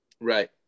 Right